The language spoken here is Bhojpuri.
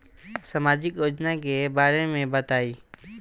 सामाजिक योजना के बारे में बताईं?